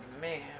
man